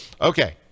okay